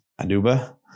aduba